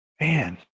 Man